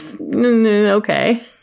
Okay